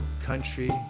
country